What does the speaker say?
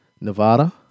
Nevada